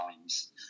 times